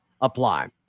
apply